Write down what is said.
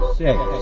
six